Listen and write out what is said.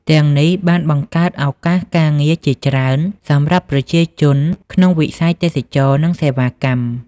ទាំងនេះបានបង្កើតឱកាសការងារជាច្រើនសម្រាប់ប្រជាជនក្នុងវិស័យទេសចរណ៍ និងសេវាកម្ម។